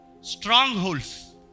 strongholds